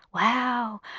wow.